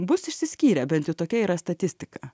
bus išsiskyrę bent jau tokia yra statistika